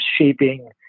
shaping